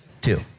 Two